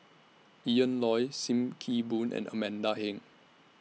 Ian Loy SIM Kee Boon and Amanda Heng